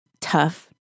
tough